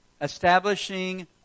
establishing